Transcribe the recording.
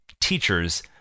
teachers